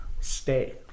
stay